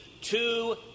two